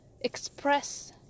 express